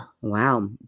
Wow